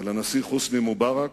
ולנשיא חוסני מובארק,